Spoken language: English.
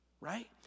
right